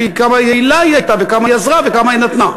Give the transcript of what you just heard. כמה יעילה היא הייתה וכמה היא עזרה וכמה היא נתנה.